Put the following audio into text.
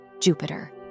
Jupiter